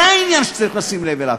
זה העניין שצריך לשים לב אליו,